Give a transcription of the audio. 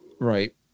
Right